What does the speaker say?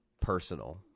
personal